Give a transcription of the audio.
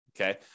okay